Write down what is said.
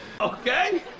Okay